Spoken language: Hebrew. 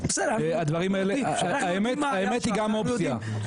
האמת היא גם אופציה.